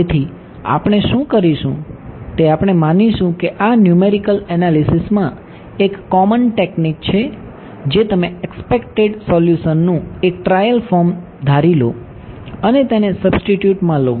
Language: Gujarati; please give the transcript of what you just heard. તેથી આપણે શું કરીશું તે આપણે માનીશું કે આ ન્યૂમેરિકલ એનાલિસિસમાં એક કોમન ટેક્નિક છે જે તમે એકસ્પેકટેડ સોલ્યુશનનું એક ટ્રાયલ ફોર્મ ધારી લો અને તેને સબ્સ્ટિટ્યુટ માં લો